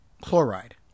chloride